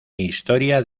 historia